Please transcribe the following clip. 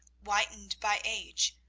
whitened by age,